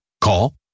Call